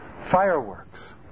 Fireworks